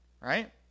right